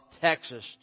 Texas